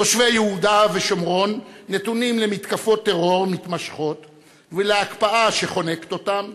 תושבי יהודה ושומרון נתונים למתקפות טרור מתמשכות ולהקפאה שחונקת אותם,